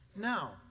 Now